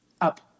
Up